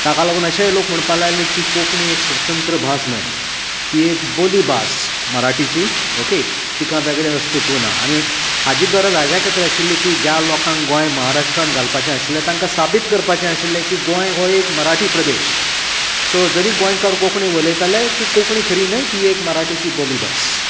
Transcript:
ताका लागून अशेंय लोक म्हणपाक लागले की कोंकणी एक स्वतंत्र भास न्हय ती एक बोली भास मराठीची ओके तिका वेगळे अस्तित्व ना आनी हाजी गरज हाज्या खातीर आशिल्ली की ज्या लोकांक गोंय महाराष्ट्रान घालपाचे आशिल्ले तांकां साबीत करपाचे आशिल्ले की गोंय हो एक मराठी प्रदेश सो जरी गोंयकार कोंकणी उयलताले ती कोंकणी खरी न्हय ती एक मराठीची बोली भास